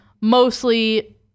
mostly